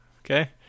Okay